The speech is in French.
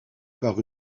par